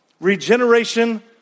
Regeneration